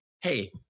hey